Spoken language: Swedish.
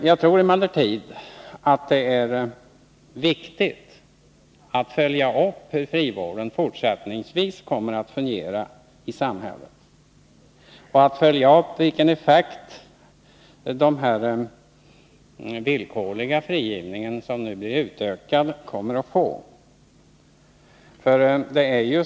Jag tror emellertid att det är viktigt att följa upp hur frivården fortsättningsvis kommer att fungera i samhället och vilken effekt den villkorliga frigivningen, som nu blir utökad, kommer att få.